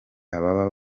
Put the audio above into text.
ababa